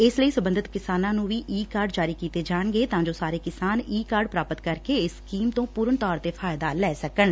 ਇਸ ਲਈ ਸਬੰਧਤ ਕਿਸਾਨਾਂ ਨੂੰ ਈ ਕਾਰਡ ਜਾਰੀ ਕੀਤੇ ਜਾਣਗੇ ਤਾਂ ਜੋ ਸਾਰੇ ਕਿਸਾਨ ਈ ਕਾਰਡ ਪ੍ਰਾਪਤ ਕਰਕੇ ਇਸ ਸਕੀਮ ਤੋਂ ਪੁਰਨ ਤੌਰ ਤੇ ਫਾਇਦਾ ਲੈ ਸਕਣ